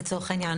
לצורך העניין,